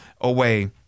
away